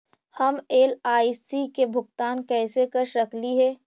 हम एल.आई.सी के भुगतान कैसे कर सकली हे?